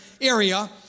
area